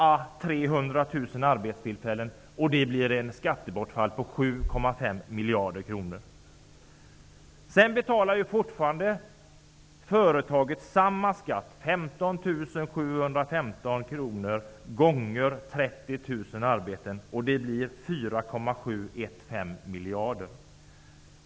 arbetstillfällen, vilket gör ett skattebortfall på 7,5 kr gånger 30 000 arbeten. Det blir 4,715 miljarder.